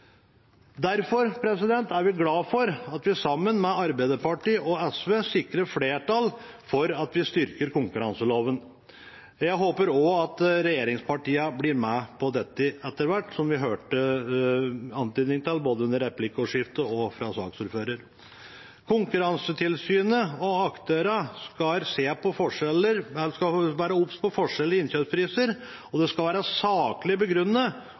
er glad for at vi sammen med Arbeiderpartiet og SV sikrer flertall for at vi styrker konkurranseloven. Jeg håper også at regjeringspartiene blir med på dette etter hvert, som vi hørte antydninger til både under replikkordskiftet og fra innlegget til saksordføreren. Konkurransetilsynet og aktørene skal være obs på forskjeller i innkjøpspriser, og det skal være saklig begrunnet